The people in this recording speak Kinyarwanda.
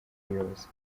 buyobozi